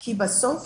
כי בסוף,